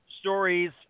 stories